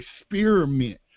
experiment